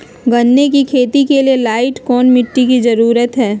गन्ने की खेती के लाइट कौन मिट्टी की जरूरत है?